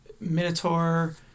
Minotaur